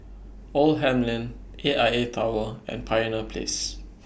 Oldham Lane A I A Tower and Pioneer Place